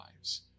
lives